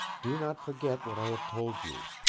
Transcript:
do not forget what i have told you.